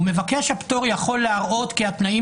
ומבקש הפטור יכול להראות כי התנאים